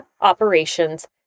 operations